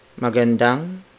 Magandang